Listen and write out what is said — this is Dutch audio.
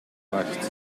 macht